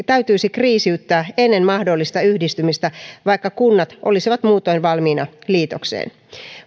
täytyisi kriisiyttää ennen mahdollista yhdistymistä vaikka kunnat olisivat muutoin valmiina liitokseen